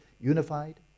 unified